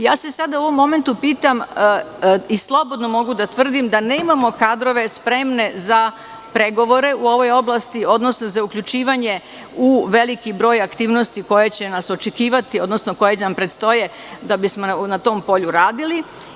Sada se u ovom momentu pitam i slobodno mogu da tvrdim da nemamo kadrove spremne za pregovore u ovoj oblasti, odnose za uključivanje u veliki broj aktivnosti koje će nas očekivati, odnosno koje nam predstoje da bismo na tom polju radili.